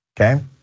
Okay